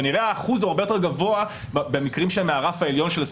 כנראה האחוז הוא הרבה יותר גבוה במקרים שהם מהרף העליון.